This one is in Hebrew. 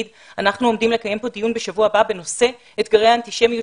אנחנו עומדים לקיים כאן בשבוע הבא דיון בנושא אתגרי האנטישמיות,